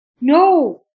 No